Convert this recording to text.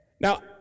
Now